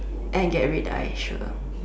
and get red eye sure